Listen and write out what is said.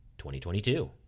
2022